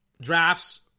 drafts